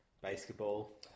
basketball